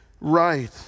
right